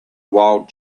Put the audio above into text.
wild